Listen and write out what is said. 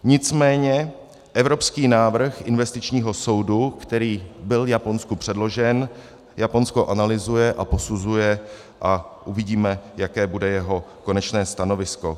Nicméně evropský návrh investičního soudu, který byl Japonsku předložen, Japonsko analyzuje a posuzuje a uvidíme, jaké bude jeho konečné stanovisko.